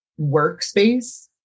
workspace